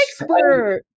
expert